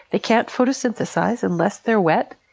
they can't photosynthesize unless they're wet,